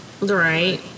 right